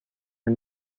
are